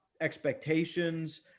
expectations